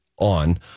on